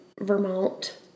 Vermont